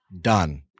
done